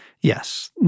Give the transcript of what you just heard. yes